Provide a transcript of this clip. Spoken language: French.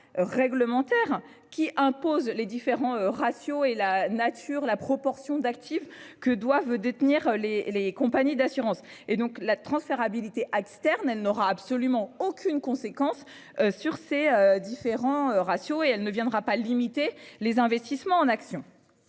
cadre-là. Qui impose les différents ratios et la nature, la proportion d'actifs que doivent détenir les les compagnies d'assurance et donc la transférabilité externe, elle n'aura absolument aucune conséquence sur ses différents ratios et elle ne viendra pas limiter les investissements en actions.